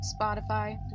spotify